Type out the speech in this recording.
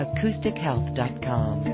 AcousticHealth.com